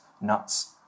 nuts